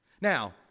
Now